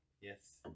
Yes